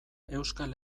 euskal